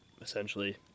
essentially